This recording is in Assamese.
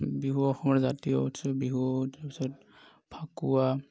বিহু অসমৰ জাতীয় উৎসৱ বিহু তাৰপিছত ফাকুৱা